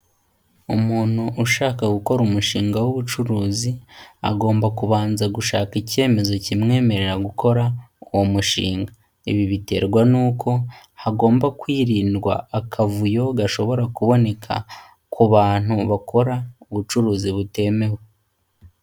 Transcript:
Umuntu ushaka gukora umushinga w'ubucuruzi, agomba kubanza gushaka icyemezo kimwemerera gukora uwo mushinga, ibi biterwa n'uko hagomba kwirindwa akavuyo gashobora kuboneka, ku bantu bakora ubucuruzi butemewe.